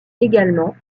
également